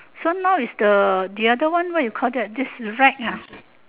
so now is the the other one what you call that this rack ah